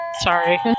sorry